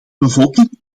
bevolking